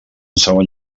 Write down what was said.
segon